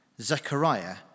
Zechariah